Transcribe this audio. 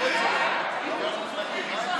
חבר הכנסת עופר כסיף,